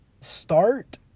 start